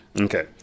Okay